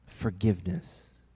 Forgiveness